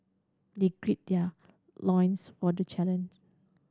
they gird their loins for the challenge